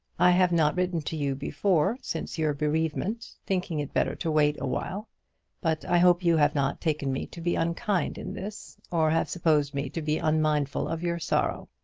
i have not written to you before since your bereavement, thinking it better to wait awhile but i hope you have not taken me to be unkind in this, or have supposed me to be unmindful of your sorrow.